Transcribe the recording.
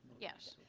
yes.